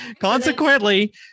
consequently